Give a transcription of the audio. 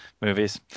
movies